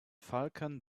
falcon